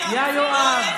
יא יואב.